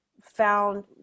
found